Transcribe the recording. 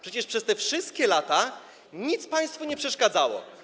Przecież przez te wszystkie lata nic państwu nie przeszkadzało.